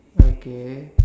okay